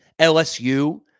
LSU